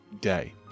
day